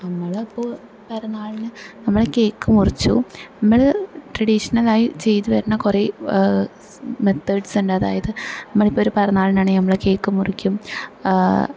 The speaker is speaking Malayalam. നമ്മളപ്പോൾ പിറന്നാളിന് നമ്മള് കേക്ക് മുറിച്ചു നമ്മൾ ട്രഡീഷണലായി ചെയ്ത് വരുന്ന കുറെ മെത്തേഡ്സ് അതായത് നമ്മൾ ഇപ്പം ഒരു പിറന്നാളിനാണേൽ നമ്മള് കേക്ക് മുറിക്കും